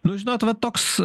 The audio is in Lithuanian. nu žinot va toks